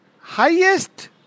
highest